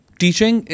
teaching